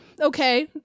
okay